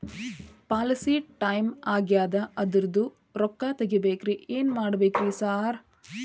Policy time ಆಗ್ಯಾದ ಅದ್ರದು ರೊಕ್ಕ ತಗಬೇಕ್ರಿ ಏನ್ ಮಾಡ್ಬೇಕ್ ರಿ ಸಾರ್?